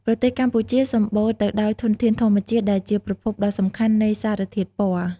ប្រទេសកម្ពុជាសម្បូរទៅដោយធនធានធម្មជាតិដែលជាប្រភពដ៏សំខាន់នៃសារធាតុពណ៌។